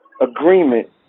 agreement